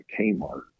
Kmart